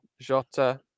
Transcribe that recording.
Jota